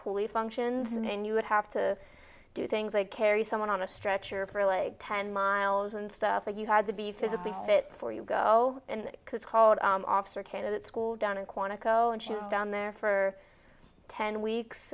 police functions and you would have to do things like carry someone on a stretcher for like ten miles and stuff that you had to be physically fit for you go and call officer candidate school down in quantico and she was down there for ten weeks